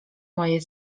moje